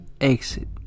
Exit